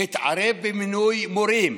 התערב במינוי מורים.